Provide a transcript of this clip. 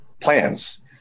plans